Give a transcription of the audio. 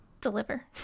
deliver